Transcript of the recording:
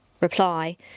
reply